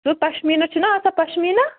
سُہ پَشمیٖنا چھُنا آسان پَشمیٖنا